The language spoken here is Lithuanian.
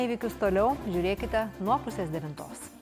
įvykius toliau žiūrėkite nuo pusės devintos